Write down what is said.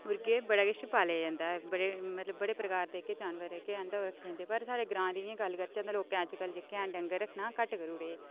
होर बड़ा किश पालेआ जंदा ऐ मतलब बड़े प्रकार दे जानबर जेह्के हैन पर साढ़े ग्रांऽ दी गल्ल करचै तां लोकें अजकल जेह्के हैन डंगर रक्खना घट्ट करी ओड़े दे